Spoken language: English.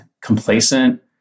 complacent